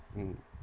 mm